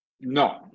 No